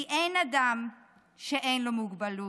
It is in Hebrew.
כי אין אדם שאין לו מוגבלות.